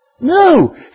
No